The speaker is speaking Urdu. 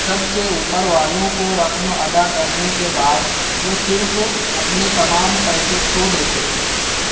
سب سے اوپر والوں کو رقم ادا کرنے کے بعد وہ صرف اپنے تمام پیسے کھو دیتے ہیں